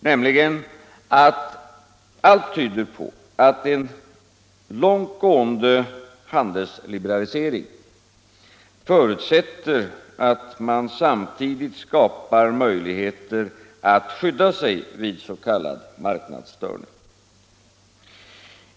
Allt tyder nämligen på att en långt gående handelsliberalisering förutsätter att man samtidigt skapar möjligheter att skydda sig vid s.k. marknadsstörning.